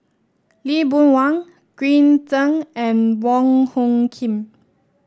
Lee Boon Wang Green Zeng and Wong Hung Khim